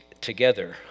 together